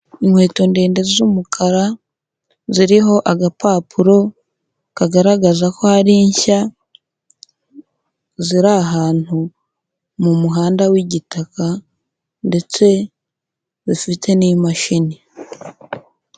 Inkweto ndende z'umukara, ziriho agapapuro kagaragaza ko ari nshya, ziri ahantu mu muhanda w'igitaka ndetse zifite n'imashini.